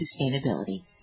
sustainability